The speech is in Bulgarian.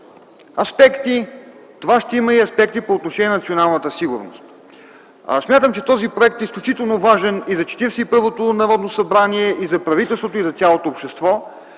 аспекти, а и аспекти по отношение на националната сигурност. Смятам, че този проект е изключително важен и за Четиридесет и първото Народно събрание, и за правителството, и за цялото общество,